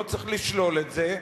לא צריך לשלול את זה,